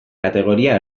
kategoria